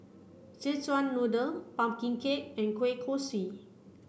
Szechuan noodle pumpkin cake and Kueh Kosui